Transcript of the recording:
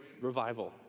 revival